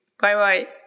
Bye-bye